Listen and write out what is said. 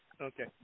Okay